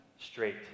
straight